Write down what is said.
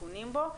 התיקונים בו,